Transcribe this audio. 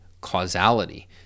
causality